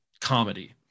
comedy